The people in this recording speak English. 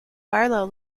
barlow